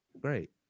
great